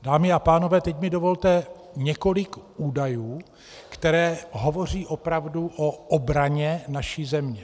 Dámy a pánové, teď mi dovolte několik údajů, které hovoří opravdu o obraně naší země.